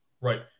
Right